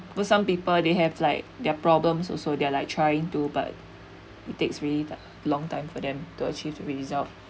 but some people they have like their problems also they're like trying too but it takes really long time for them to achieve result